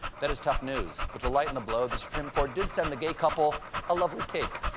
that is tough news. but to lighten the blow the supreme court did send the gay couple a lovely cake.